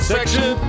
Section